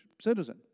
citizen